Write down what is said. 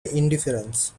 indifference